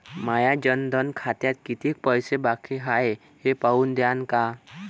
माया जनधन खात्यात कितीक पैसे बाकी हाय हे पाहून द्यान का?